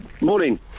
morning